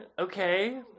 okay